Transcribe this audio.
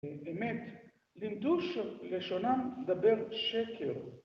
באמת, למדו לשונם דבר שקר.